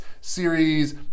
series